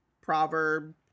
proverb